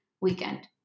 weekend